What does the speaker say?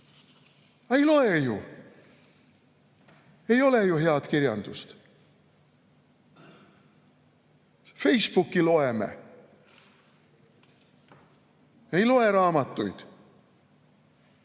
ei loe ju! Ei ole ju head kirjandust! Facebooki loeme. Ei loe raamatuid.